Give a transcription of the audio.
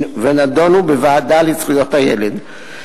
ונדונו בוועדה לזכויות הילד.